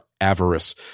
avarice